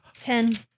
Ten